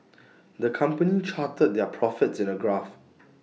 the company charted their profits in A graph